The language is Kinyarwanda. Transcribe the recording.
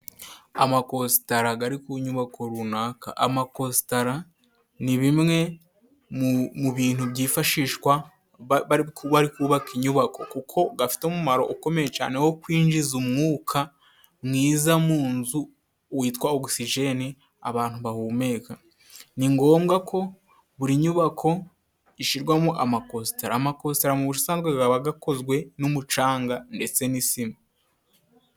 Amakosita ari ku nyubako runaka, amakosita ni bimwe mu bintu byifashishwa bari kubaka inyubako kuko afite umumaro ukomeye cyane wo kwinjiza umwuka mwiza mu nzu witwa ogusijeni abantu bahumeka. Ni ngombwa ko buri nyubako ishyirwamo amakositara. Amakosita mu busanzwe aba akozwe n'umucanga ndetse n'isima.